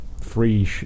free